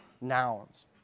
nouns